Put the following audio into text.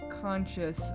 conscious